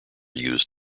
used